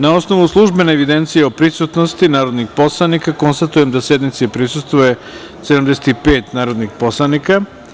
Na osnovu službene evidencije o prisutnosti narodnih poslanika, konstatujem da sednici prisustvuje 75 narodnih poslanika.